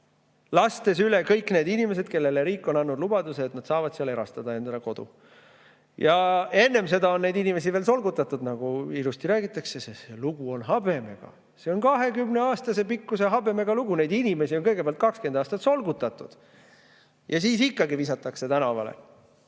sõites üle kõikidest nendest inimestest, kellele riik on andnud lubaduse, et nad saavad seal erastada endale kodu. Enne seda on neid inimesi veel solgutatud, sest nagu ilusti räägitakse, see lugu on habemega, see on 20 aasta pikkuse habemega lugu. Neid inimesi on kõigepealt 20 aastat solgutatud ja siis ikkagi visatakse tänavale.